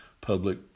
public